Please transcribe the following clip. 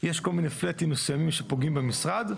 יש כל מיני פלאטים מסוימים שפוגעים במשרד,